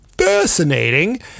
fascinating